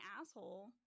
asshole